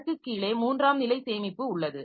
அதற்கு கீழே மூன்றாம் நிலை சேமிப்பு உள்ளது